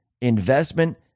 investment